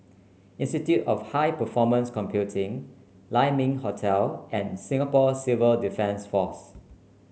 Institute of High Performance Computing Lai Ming Hotel and Singapore Civil Defence Force